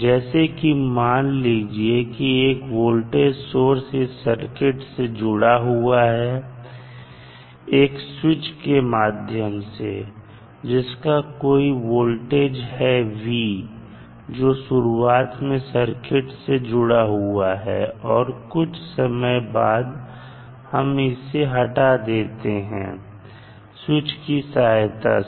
जैसे कि मान लीजिए कि एक वोल्टेज सोर्स इस सर्किट से जुड़ा हुआ है एक स्विच के माध्यम से जिसका कोई वोल्टेज है v जो शुरुआत में सर्किट में जुड़ा हुआ है और कुछ समय बाद हम इसे हटा देते हैं स्विच की सहायता से